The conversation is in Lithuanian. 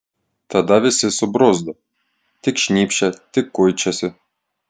tada visi subruzdo tik šnypščia tik kuičiasi